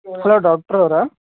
hello doctor ಅವರ